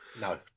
No